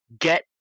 get